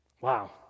Wow